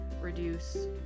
reduce